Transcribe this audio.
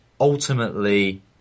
ultimately